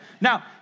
now